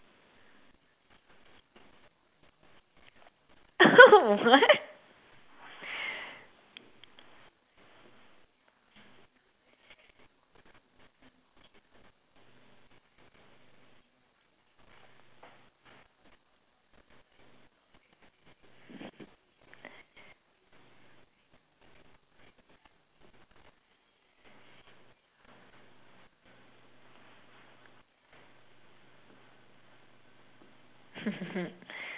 what